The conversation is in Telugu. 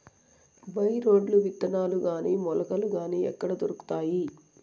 బై రోడ్లు విత్తనాలు గాని మొలకలు గాని ఎక్కడ దొరుకుతాయి?